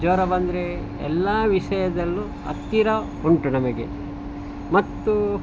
ಜ್ವರ ಬಂದರೆ ಎಲ್ಲ ವಿಷಯದಲ್ಲೂ ಹತ್ತಿರ ಉಂಟು ನಮಗೆ ಮತ್ತು